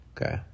Okay